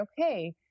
okay